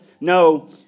No